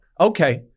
Okay